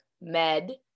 med